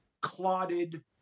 clotted